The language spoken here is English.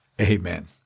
Amen